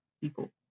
people